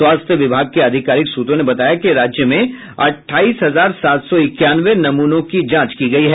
स्वास्थ्य विभाग के आधिकारिक सूत्रों ने बताया कि राज्य में अठाईस हजार सात सौ इक्यानवे नमूनों की जांच की गयी है